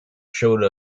showed